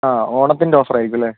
ആ ഓണത്തിന്റെ ഓഫർ ആയിരിക്കുമല്ലേ